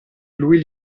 lui